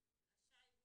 השוהים במעון,